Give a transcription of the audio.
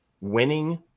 winning